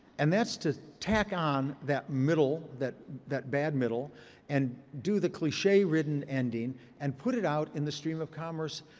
and that's to tack on that middle, that that bad middle and do the cliche-ridden ending and put it out in the stream of commerce.